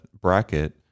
bracket